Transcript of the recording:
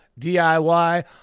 DIY